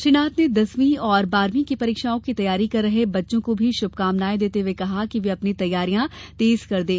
श्री नाथ ने दसवीं और बारहवीं की परीक्षाओं की तैयारी कर रहे बच्चों को भी शुभकामनाएँ देते हुए कहा कि वे अपनी तैयारियां तेज कर दें